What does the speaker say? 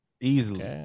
easily